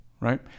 right